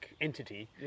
entity